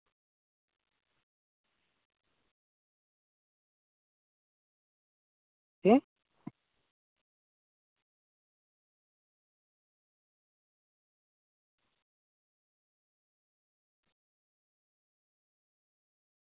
ᱪᱮᱫ